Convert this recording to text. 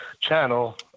channel